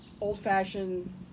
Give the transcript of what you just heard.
old-fashioned